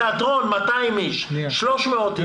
בתוך עולם שלם שנפגע מהקורונה אני חושב